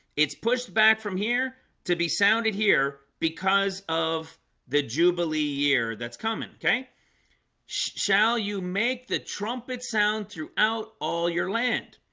it's pushed back from here to be sounded here because of the jubilee year that's coming. okay shall you make the trumpet sound throughout all your land?